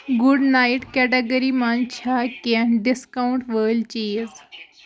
good night category منٛز چھا کینٛہہ ڈسکاونٹ وٲلۍ چیٖز